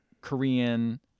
Korean